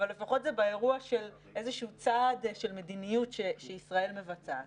אבל לפחות זה באירוע של איזשהו צעד של מדיניות שישראל מבצעת.